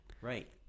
Right